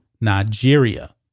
Nigeria